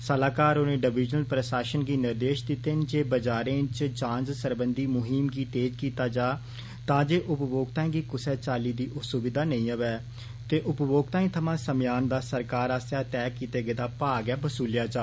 सलाहकार होरें डवीजनल प्रशासन ने निर्देश दिते बजारें च जांच सरबंधी मुहीम गी तेज कीता जा तां जे उपमोक्ताएं गी कुसै चाल्ली दी असुविधा नेई होवे ते उपमोक्ताए थमा समेयान दा सरकार आसेआ तय कीते गेदा भाह गै बसूलेआ जा